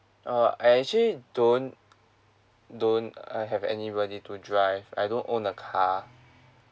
orh I actually don't don't uh have anybody to drive I don't own a car